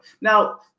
Now